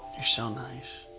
you're so nice.